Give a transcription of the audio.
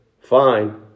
Fine